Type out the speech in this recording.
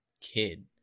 kid